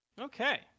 Okay